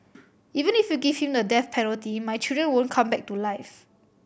even if you give him the death penalty my children won't come back to life